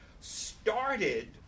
Started